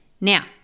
Now